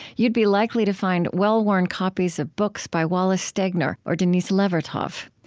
you'd be likely to find well-worn copies of books by wallace stegner or denise levertov.